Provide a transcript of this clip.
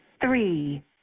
three